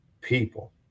people